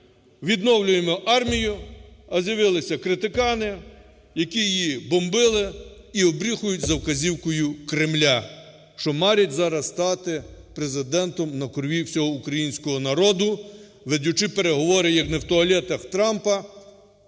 відновлюємо армію, а з'явилися критикани, які її бомбили і оббріхують за вказівкою Кремля, що марять зараз стати Президентом на крові всього українського народу, ведучи переговори як не в туалетахТрампа,